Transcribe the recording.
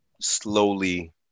slowly